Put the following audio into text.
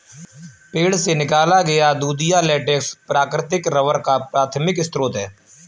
पेड़ से निकाला गया दूधिया लेटेक्स प्राकृतिक रबर का प्राथमिक स्रोत है